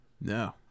No